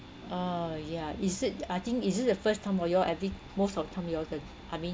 oh yeah is it I think is it the first time or y'all every most of the time you all the I mean